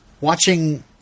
watching